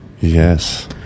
Yes